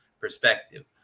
perspective